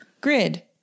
Grid